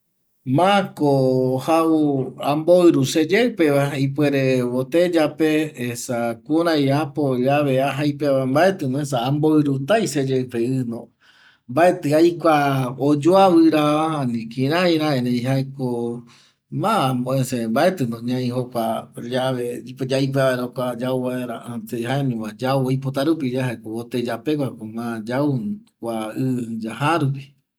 Mako jau amboiru seyeipeva ipuere boteyape esa kurai apo llave aja aipeava mbaeti esa amboirutai seyeipe ƚno mbaeti aikua oyoavira ani kiraira erei jaeko ma amovecepe mbaetino ñanoi jokua llave yaipeavaera yauvaera jaeñoma yau oipota rupiyae jaeko boteya peko ma yau kua ƚ yaja rupi